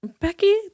Becky